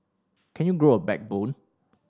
can you grow a backbone